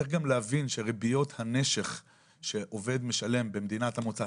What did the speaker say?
צריך גם להבין שריביות הנשך שעובד משלם במדינת המוצא,